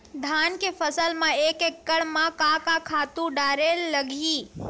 धान के फसल म एक एकड़ म का का खातु डारेल लगही?